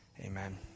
Amen